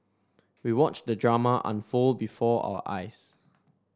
we watched the drama unfold before our eyes